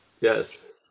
Yes